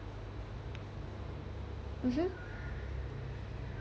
mm hmm